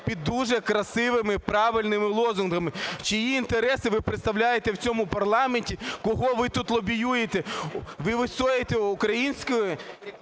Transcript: під дуже красивими, правильними лозунгами. Чиї інтереси ви представляєте в цьому парламенті, кого ви тут лобіюєте? Ви відстоюєте українську